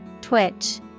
twitch